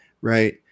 right